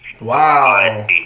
Wow